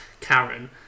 Karen